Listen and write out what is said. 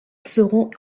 seront